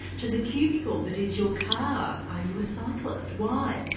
to the cubicle that is your car. are you a cyclist why?